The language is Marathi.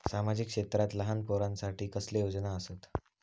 सामाजिक क्षेत्रांत लहान पोरानसाठी कसले योजना आसत?